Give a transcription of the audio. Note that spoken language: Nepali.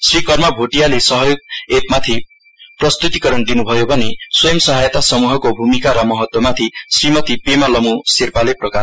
श्री कर्मा भोटियाले सहयोग एपमाथि प्रस्तुतिकरण दिनुभयो भने स्वयम सहायता समूहको भूमिका र महत्वमाथि श्रीमती पेमा ल्हमु शेर्पाले प्रकाश पार्नुभयो